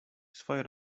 swoje